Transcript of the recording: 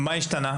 מה השתנה?